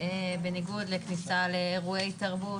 בניגוד לכניסה לאירועי תרבות,